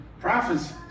prophets